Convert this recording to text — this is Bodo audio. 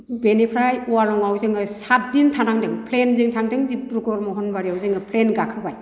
बेनिफ्राय अवालं'आव जोङो साथदिन थानांदों प्लेनजों थांदों दिब्रुगड़ महनबारिआव जोङो प्लेन गाखोबाय